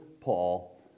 Paul